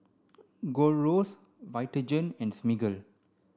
Gold Roast Vitagen and Smiggle